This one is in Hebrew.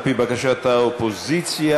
על-פי בקשת האופוזיציה,